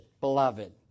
beloved